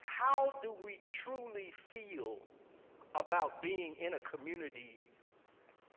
how do we truly feel about being in a community